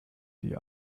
die